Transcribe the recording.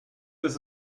ist